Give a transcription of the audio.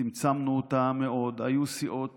צמצמנו אותה מאוד, היו סיעות